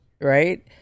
right